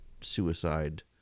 suicide